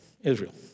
Israel